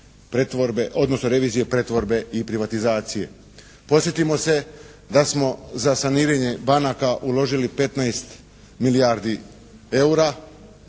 odnosno revizije pretvorbe i privatizacije. Podsjetimo se da smo za saniranje banaka uložili 15 milijardi eura,